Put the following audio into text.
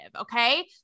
Okay